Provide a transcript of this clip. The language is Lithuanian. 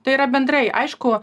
tai yra bendrai aišku